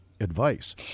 advice